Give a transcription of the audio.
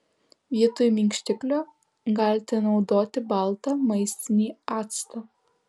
vietoj minkštiklio galite naudoti baltą maistinį actą